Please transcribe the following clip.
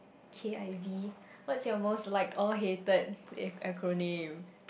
K_I_V what's your most liked or hated a acronym